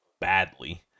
badly